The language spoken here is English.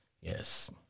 Yes